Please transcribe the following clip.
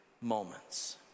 moments